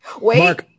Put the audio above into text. wait